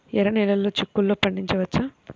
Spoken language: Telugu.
ఎర్ర నెలలో చిక్కుల్లో పండించవచ్చా?